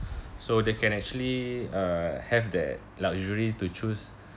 so they can actually uh have that luxury to choose